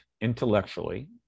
intellectually